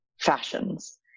fashions